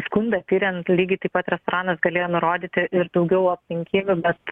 skundą tiriant lygiai taip pat restoranas galėjo nurodyti ir daugiau aplinkybių bet